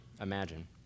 imagine